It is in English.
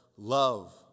Love